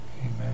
Amen